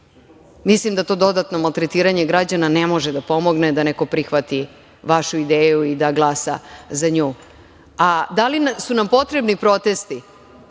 Mislim da to dodatno maltretiranje građana ne može da pomogne da neko prihvati vašu ideju i da glasa za nju. Da li su nam potrebni protesti?